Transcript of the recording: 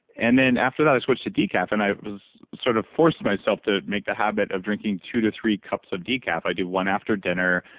and then after that i switch to decaf and i was sort of forced myself to make the habit of drinking two to three cups of decaf. i do one after dinner,